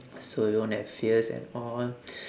so you won't have fears and all